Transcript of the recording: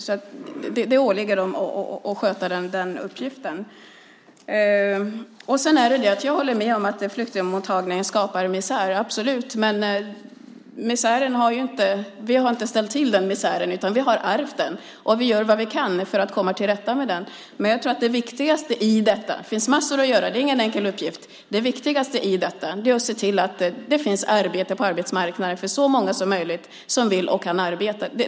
Så det åligger dem att sköta den uppgiften. Jag håller med om att flyktingmottagningen skapar misär, absolut. Men vi har inte ställt till den misären. Vi har ärvt den, och vi gör vad vi kan för att komma till rätta med den. Jag tror att det viktigaste i detta - det finns massor att göra, det är ingen enkel uppgift - är att se till att det finns arbete på arbetsmarknaden för så många som möjligt som vill och kan arbeta.